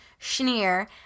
Schneer